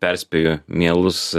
perspėju mielus